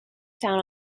found